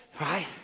Right